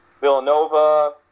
Villanova